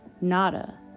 Nada